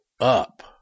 up